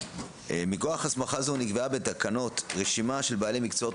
מכוח הסמכה זו נקבעה בתקנות רשימה של בעלי מקצועות